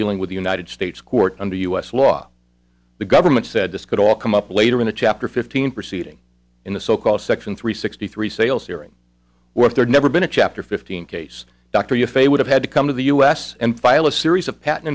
dealing with the united states court under u s law the government said this could all come up later in the chapter fifteen proceeding in the so called section three sixty three sales hearing what there never been a chapter fifteen case doctor you fate would have had to come to the u s and file a series of pat